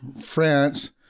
France